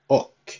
och